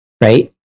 right